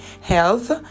health